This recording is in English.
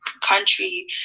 country